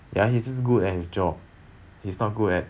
ya he's just good at his job he's not good at